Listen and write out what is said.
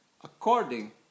according